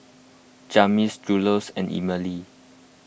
Jasmyn Julious and Emily